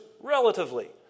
relatively